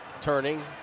turning